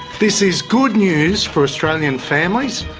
this is good news for australian families,